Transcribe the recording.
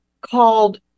called